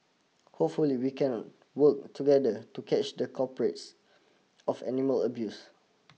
hopefully we can work together to catch the culprits of animal abuse